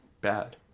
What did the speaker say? Bad